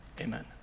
amen